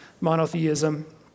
monotheism